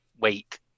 wait